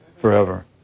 forever